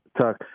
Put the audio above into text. Tuck